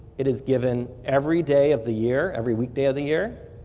it is given every day of the year, every weekday of the year.